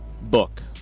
book